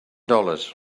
dollars